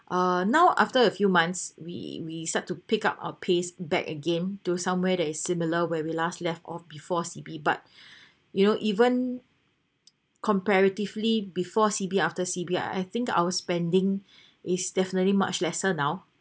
uh now after a few months we we start to pick up our pace back again to somewhere that is similar where we last left off before C_B but you know even comparatively before C_B after C_B I think our spending is definitely much lesser now